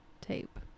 tape